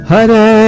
Hare